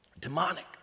demonic